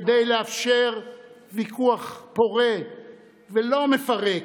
כדי לאפשר ויכוח פורה ולא מפרק,